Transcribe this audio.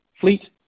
fleet